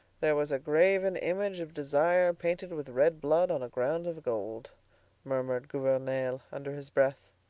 there was a graven image of desire painted with red blood on a ground of gold murmured gouvernail, under his breath.